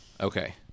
Okay